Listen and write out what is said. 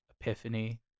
epiphany